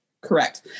Correct